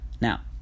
Now